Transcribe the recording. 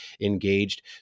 engaged